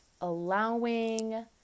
allowing